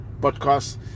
podcast